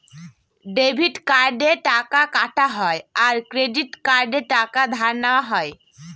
debit কার্ডে টাকা কাটা হয় আর ক্রেডিট কার্ডে টাকা ধার নেওয়া হয়